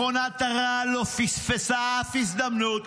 מכונת הרעל לא פספסה אף הזדמנות